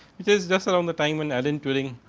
which is just along the time an alan during